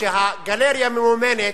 שהגלריה ממומנת,